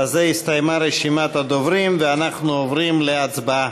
בזה הסתיימה רשימת הדוברים ואנחנו עוברים להצבעה.